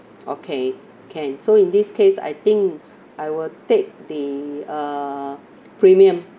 okay can so in this case I think I will take the uh premium